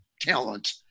talent